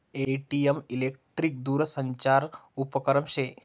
ATM electric दूरसंचार उपकरन शे